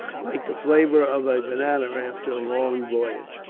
like the flavour of a banana after a long voyage